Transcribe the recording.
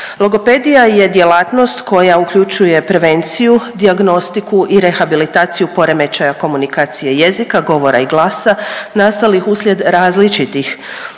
Logopedija je djelatnost koja uključuje prevenciju, dijagnostiku i rehabilitaciju poremećaja komunikacije jezika, govora i glasa nastalih uslijed različitih